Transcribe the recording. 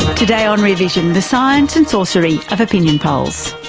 today on rear vision, the science and sorcery of opinion polls.